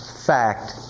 fact